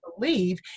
believe